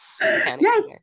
Yes